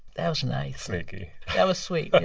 that was nice sneaky that was sweet. and